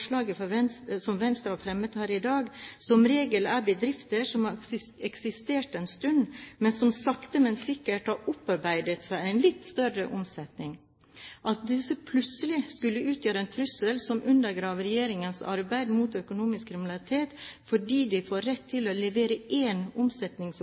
som Venstre har fremmet her i dag, som regel er bedrifter som har eksistert en stund, men som sakte, men sikkert har opparbeidet seg en litt større omsetning. At disse plutselig skulle utgjøre en trussel som undergraver regjeringens arbeid mot økonomisk kriminalitet fordi de får rett